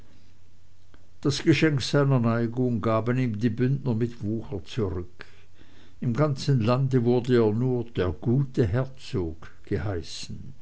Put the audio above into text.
das geschenk seiner neigung gaben ihm die bündner mit wucher zurück im ganzen lande wurde er nur der gute herzog geheißen